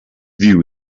view